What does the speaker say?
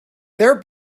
their